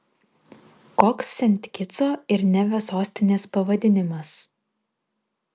koks sent kitso ir nevio sostinės pavadinimas